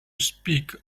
speak